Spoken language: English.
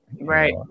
Right